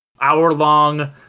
hour-long